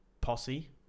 posse